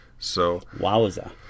Wowza